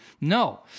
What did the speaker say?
No